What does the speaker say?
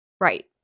Right